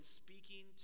speaking